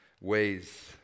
ways